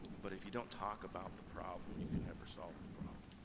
but if you don't talk about the problem, you can never solve the problem.